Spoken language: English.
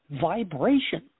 vibration